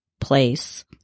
place